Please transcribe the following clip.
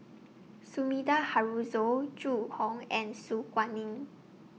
Sumida Haruzo Zhu Hong and Su Guaning